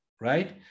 right